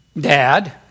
Dad